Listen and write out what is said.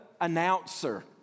announcer